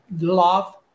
love